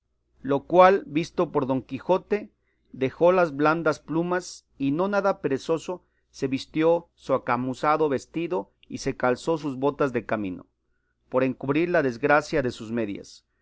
lo cual visto por don quijote dejó las blandas plumas y no nada perezoso se vistió su acamuzado vestido y se calzó sus botas de camino por encubrir la desgracia de sus medias